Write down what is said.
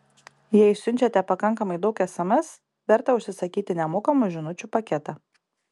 jei siunčiate pakankamai daug sms verta užsisakyti nemokamų žinučių paketą